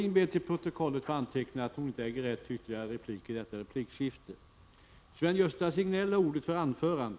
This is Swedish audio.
Nu är taletiden ute, och dessutom får repliken endast avse Sven-Gösta Signells anförande.